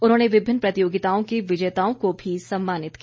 उन्होंने विभिन्न प्रतियोगिताओं के विजेताओं को भी सम्मानित किया